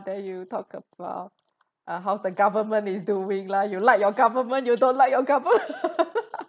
then you talk about uh how the government is doing lah you like your government you don't like your government